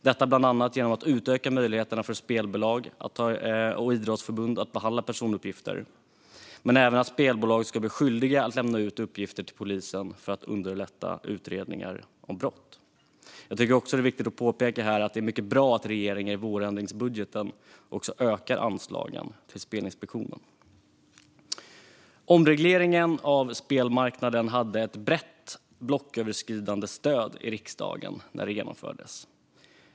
Detta ska bland annat ske genom att möjligheterna för spelbolag och idrottsförbund att behandla personuppgifter utökas och genom att spelbolag ska bli skyldiga att lämna ut uppgifter till polisen för att underlätta utredningar om brott. Jag tycker att det är viktigt att påpeka att det är mycket bra att regeringen i vårändringsbudgeten också ökar anslagen till Spelinspektionen. Omregleringen av spelmarknaden hade ett brett och blocköverskridande stöd i riksdagen när den genomfördes.